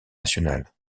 nationale